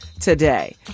today